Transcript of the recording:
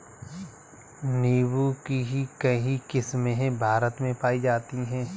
नीम्बू की कई किस्मे भारत में पाई जाती है